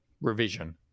revision